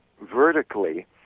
vertically